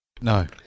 No